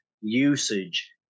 usage